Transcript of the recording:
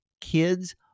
kids